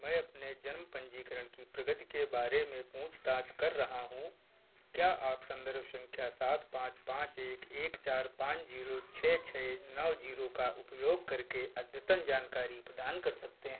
मैं अपने जन्म पंजीकरण की प्रगति के बारे में पूछताछ कर रहा हूँ क्या आप संदर्भ संख्या सात पाँच पाँच एक एक चार पान जीरो छः छः नौ जीरो का उपयोग करके अद्यतन जानकारी प्रदान कर सकते हैं